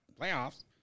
Playoffs